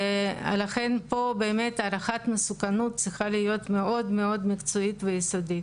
ולכן פה הערכת המסוכנות צריכה להיות מאד מאוד מקצועית ויסודית.